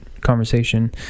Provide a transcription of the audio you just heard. conversation